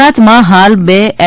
ગુજરાતમાં હાલ બે એલ